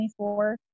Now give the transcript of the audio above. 24